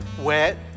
wet